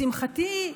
לשמחתי,